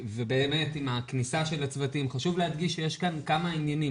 ובאמת עם הכניסה של הצוותים חשוב להדגיש שיש כאן כמה עניינים,